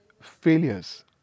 failures